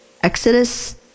exodus